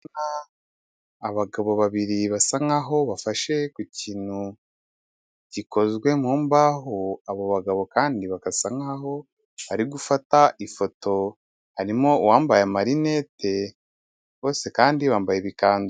Abagabo babiri basa nk'aho bafashe ku kintu gikozwe mu mbaho, abo bagabo kandi bagasa nk'aho ari gufata ifoto. Harimo uwambaye marinete, bose kandi bambaye ibikanzu.